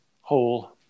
whole